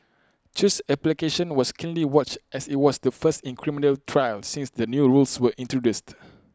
chew's application was keenly watched as IT was the first in A criminal trial since the new rules were introduced